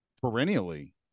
perennially